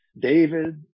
David